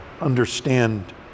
understand